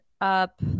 up